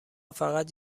فقط